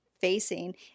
facing